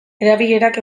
erabilerak